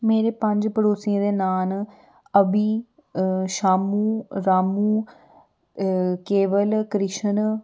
मेरे पंज पड़ोसियें दे नांऽ न अभी शामू रामू केवल कृष्ण